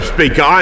Speaker